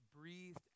breathed